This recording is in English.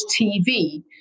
TV